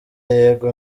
yego